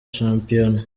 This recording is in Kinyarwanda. shampiona